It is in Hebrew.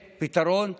פתרון צודק,